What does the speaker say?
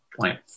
point